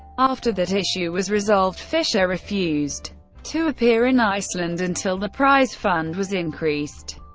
after that issue was resolved, fischer refused to appear in iceland until the prize fund was increased.